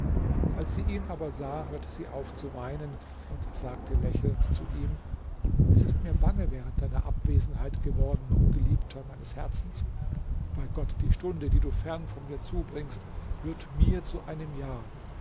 als sie ihn aber sah hörte sie auf zu weinen und sagte lächelnd zu ihm es ist mir bange während deiner abwesenheit geworden o geliebter meines herzens bei gott die stunde die du fern von mir zubringst wird mir zu einem jahr